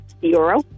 Euro